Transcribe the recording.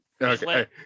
Okay